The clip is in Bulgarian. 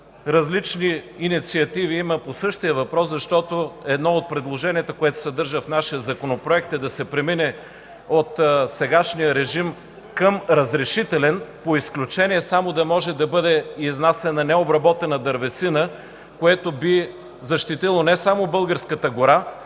Различни инициативи има по същия въпрос, защото едно от предложенията, което се съдържа в нашия Законопроект, е да се премине от сегашния режим към разрешителен – само по изключение да може да бъде изнасяна необработена дървесина, което би защитило не само българската гора,